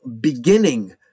beginning